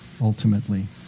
ultimately